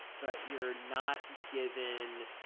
but you're not given